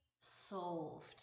solved